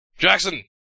Jackson